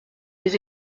les